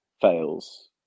fails